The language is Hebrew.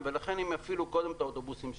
ולכן הםך יפעילו קודם את האוטובוסים שלהם.